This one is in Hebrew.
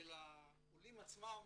של העולים עצמם,